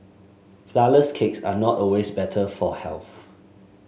flourless cakes are not always better for health